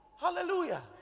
Hallelujah